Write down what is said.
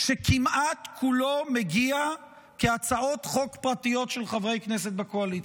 שכמעט כולו מגיע כהצעות חוק פרטיות של חברי כנסת בקואליציה.